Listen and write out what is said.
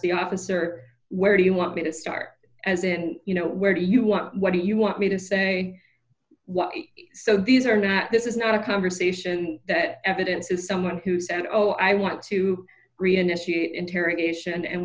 the officer where do you want me to start as in you know where do you want what do you want me to say what so these are that this is not a conversation that evidence is someone who said oh i want to reinitiate interrogation and